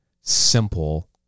simple